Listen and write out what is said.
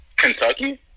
Kentucky